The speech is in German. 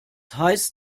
heißt